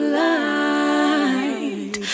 light